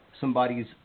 somebody's